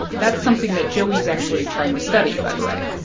that's something that joey's actually trying to study, by the way.